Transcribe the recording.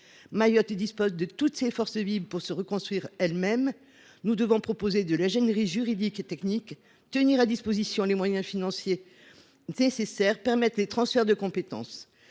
Mayotte dispose de toutes ses forces vives pour se reconstruire elle même. Nous devons lui proposer de l’ingénierie juridique et technique, tenir à sa disposition les moyens financiers nécessaires et permettre les transferts de compétences.